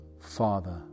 Father